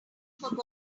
forgot